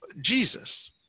Jesus